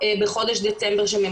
בחודש דצמבר של 2020,